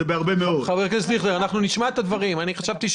חבר הכנסת דיכטר, נשמע את הדברים אחר כך.